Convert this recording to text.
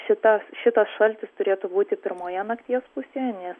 šita šitas šaltis turėtų būti pirmoje nakties pusėje nes